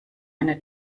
eine